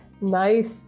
nice